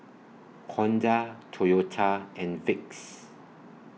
Honda Toyota and Vicks